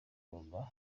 nkunzingoma